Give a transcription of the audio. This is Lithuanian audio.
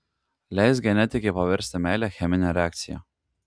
leisk genetikei paversti meilę chemine reakcija